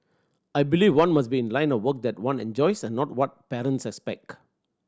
I believe one must be in a line of work that one enjoys and not what parents expect